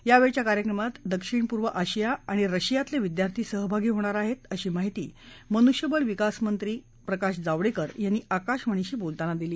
यावेळच्या कार्यक्रमात दक्षिणपूर्व आशिया आणि रशियातले विद्यार्थी सहभागी होणार आहेत अशी माहिती मनुष्यबळ विकास मंत्री प्रकाश जावडेकर यांनी आकाशवाणीशी बोलताना दिली